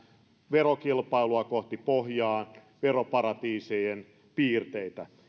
verokilpailua kohti pohjaa veroparatiisien piirteitä